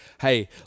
hey